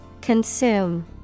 Consume